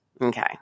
Okay